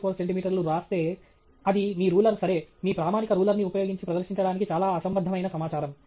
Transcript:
967134 సెంటీమీటర్లు వ్రాస్తే అది మీ రూలర్ సరే మీ ప్రామాణిక రూలర్ ని ఉపయోగించి ప్రదర్శించడానికి చాలా అసంబద్ధమైన సమాచారం